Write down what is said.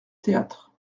théâtre